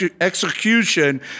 execution